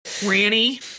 Granny